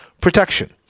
protection